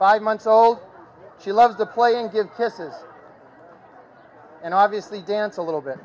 five months old she loves the play and give kisses and obviously dance a little bit